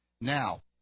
Now